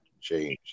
change